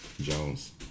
Jones